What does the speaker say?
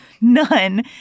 None